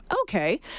okay